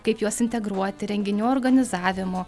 kaip juos integruoti renginių organizavimu